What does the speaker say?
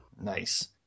Nice